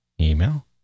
email